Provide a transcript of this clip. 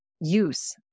use